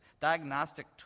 diagnostic